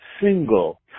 single